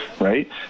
right